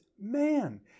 man